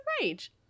Rage